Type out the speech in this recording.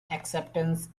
acceptance